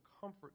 comfort